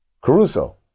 Caruso